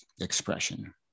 expression